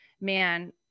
man